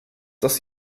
dass